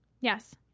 Yes